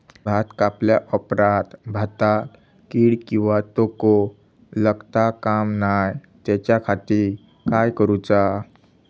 भात कापल्या ऑप्रात भाताक कीड किंवा तोको लगता काम नाय त्याच्या खाती काय करुचा?